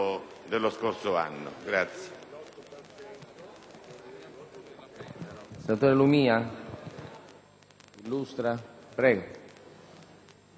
Sì, Presidente.